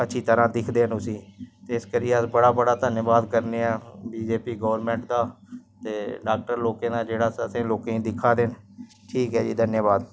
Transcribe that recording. साढ़े लोकैं गी केह् पता फोन च टीवी च दिखचै ते पता लगदा ऐ कि गोरमैंट कुछ बी करी सकदी ऐ ते अस लोक ते कुछ बी नीं करी सकदे